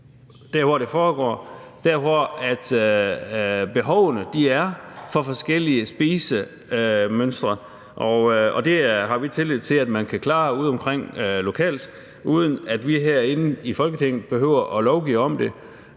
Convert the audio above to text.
hvor det foregår, hvor behovene for at dække forskellige spisemønstre er, og det har vi tillid til at man kan klare udeomkring lokalt, uden at vi herinde i Folketinget behøver at lovgive om det.